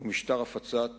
ומשטר הפצת